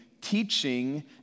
teaching